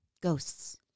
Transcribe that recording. Ghosts